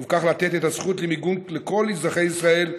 ובכך לתת את הזכות למיגון לכל אזרחי ישראל,